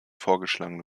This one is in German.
vorgeschlagene